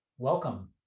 Welcome